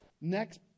next